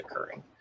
occurring